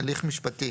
"הליך משפטי"